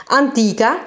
antica